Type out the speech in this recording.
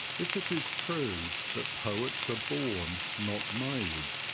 if it is true that poets are born, not made,